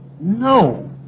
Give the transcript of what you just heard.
No